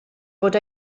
bod